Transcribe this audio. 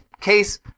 case